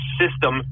system